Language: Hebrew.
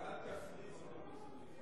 רק אל תפריז בפיצולים.